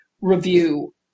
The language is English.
review